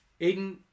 Aiden